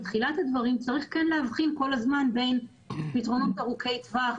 צריך כן להבחין כל הזמן בין פתרונות ארוכי טווח,